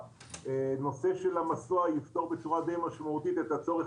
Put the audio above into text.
נושא המסוע יפתור בצורה די משמעותית את הצורך